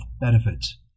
benefits